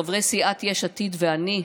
חברי סיעת יש עתיד ואני,